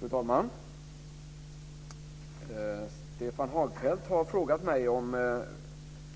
Fru talman! Stefan Hagfeldt har frågat mig om